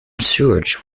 sewage